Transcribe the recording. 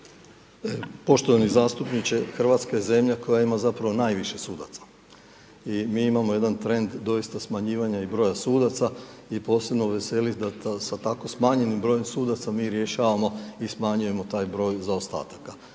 Poštovani zastupniče, Hrvatska je zemlja koja ima zapravo najviše sudaca i mi imamo jedan trend doista smanjivanja i broja sudaca i posebno veseli da sa tako smanjenim brojem sudaca, mi rješavamo i smanjujemo taj broj zaostataka.